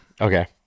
Okay